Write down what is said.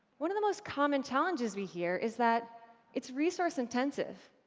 one of the most common challenges we hear is that it's resource intensive,